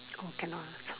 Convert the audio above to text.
oh cannot ah so~